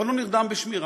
אבל הוא נרדם בשמירה.